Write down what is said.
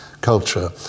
culture